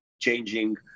changing